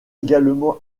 également